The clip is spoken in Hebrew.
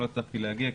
לא הצלחתי להגיע.